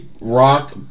Rock